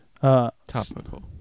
Topical